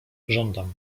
żądam